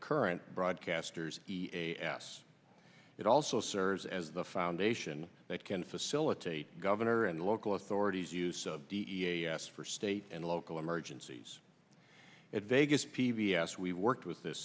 current broadcasters e a s it also serves as the foundation that can facilitate governor and local authorities use d e a s for state and local emergencies at vegas p b s we worked with this